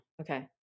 Okay